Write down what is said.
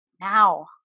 now